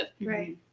Right